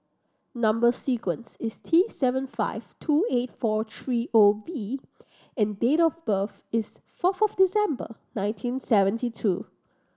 number sequence is T seven five two eight four three O V and date of birth is fourth of December nineteen seventy two